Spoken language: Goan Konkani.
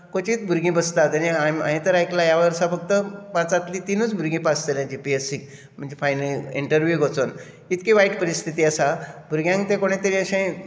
कवचीत भुरगीं बसतात आनी हांवें तर आयकलां ह्या वर्सा फकत पांचांतलीं तिनूच भुरगीं पास जाल्या जीपीएससीक म्हणचें इंटरव्यूक वचून कितली वायट परिस्थिती आसा भुरग्यांक तें कोणेतरी अशें